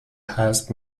حذف